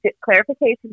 Clarification